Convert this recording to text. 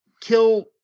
Kill